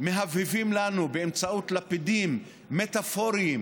מהבהבים לנו באמצעות לפידים מטאפוריים,